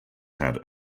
had